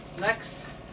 next